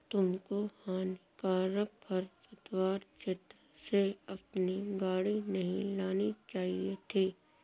तुमको हानिकारक खरपतवार क्षेत्र से अपनी गाड़ी नहीं लानी चाहिए थी